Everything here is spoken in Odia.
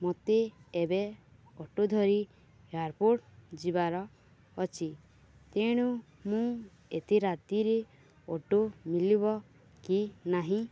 ମୋତେ ଏବେ ଅଟୋ ଧରି ଏୟାରପୋର୍ଟ ଯିବାର ଅଛି ତେଣୁ ମୁଁ ଏତେ ରାତିରେ ଅଟୋ ମଳିବ କି ନାହିଁ